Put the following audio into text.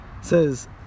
Says